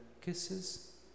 kisses